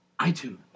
iTunes